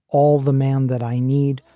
all the man that i need,